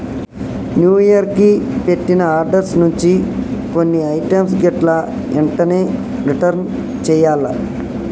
new year కి పెట్టిన orders నుంచి కొన్ని ఐటమ్స్ గిట్లా ఎంటనే రిటర్న్ చెయ్యాల్ల